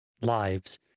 lives